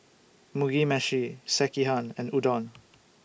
Mugi Meshi Sekihan and Udon